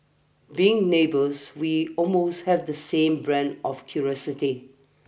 being neighbours we almost have the same brand of curiosity